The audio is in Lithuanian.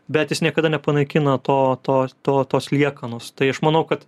bet jis niekada nepanaikina to to to tos liekanos tai aš manau kad